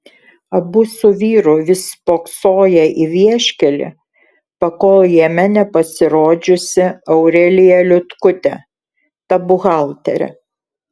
abu su vyru vis spoksoję į vieškelį pakol jame nepasirodžiusi aurelija liutkutė ta buhalterė